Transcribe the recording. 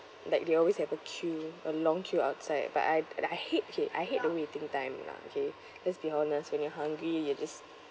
like they always have a queue a long queue outside but I I hate it I hate the waiting time lah okay let's be honest when you're hungry you just